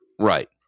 right